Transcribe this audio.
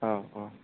औ औ